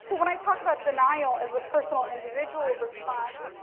so when i talk about denial as a personal individual response,